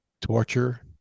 torture